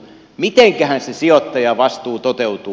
mitenkähän se sijoittajavastuu toteutuu